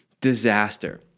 disaster